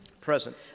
Present